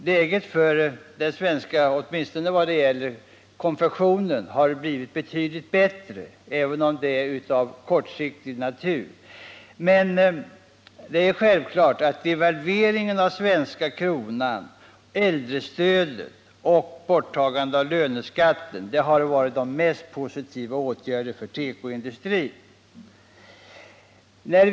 Läget för den svenska konfektionen har blivit betydligt bättre, även om förbättringen är av kortsiktig natur. Devalveringen av den svenska kronan, äldrestödet och borttagandet av löneskatten har varit de mest positiva åtgärderna för tekoindustrin.